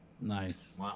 Nice